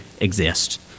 exist